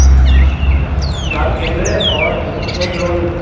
اچھا چار کیمرے اور ایک ڈرون